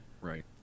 Right